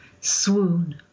Swoon